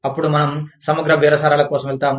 అప్పుడు మనం సమగ్ర బేరసారాల కోసం వెళ్తాము